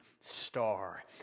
star